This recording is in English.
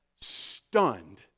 stunned